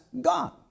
God